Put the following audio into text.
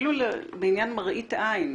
אפילו בעניין מראית העין,